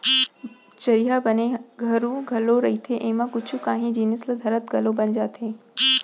चरिहा बने हरू घलौ रहिथे, एमा कुछु कांही जिनिस ल धरत घलौ बन जाथे